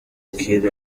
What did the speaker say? kiir